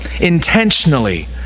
intentionally